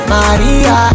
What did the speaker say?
Maria